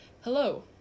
Hello